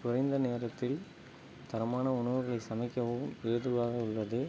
குறைந்த நேரத்தில் தரமான உணவுகளை சமைக்கவும் ஏதுவாக உள்ளது